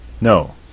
no